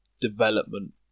development